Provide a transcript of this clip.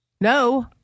No